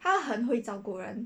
她很会照顾人